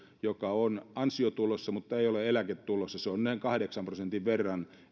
joka on ansiotulossa mutta ei ole eläketulossa se on noin kahdeksan prosentin verran